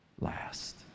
last